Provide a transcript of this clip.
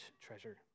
treasure